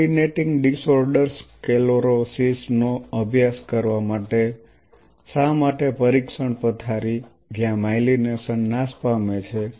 myelinating disorders sclerosis નો અભ્યાસ કરવા માટે શા માટે પરીક્ષણ પથારી જ્યાં માયલિનેશન નાશ પામે છે